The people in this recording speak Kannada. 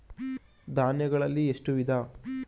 ಧಾನ್ಯಗಳಲ್ಲಿ ಎಷ್ಟು ವಿಧ?